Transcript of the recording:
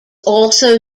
also